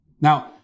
Now